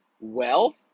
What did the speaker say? wealth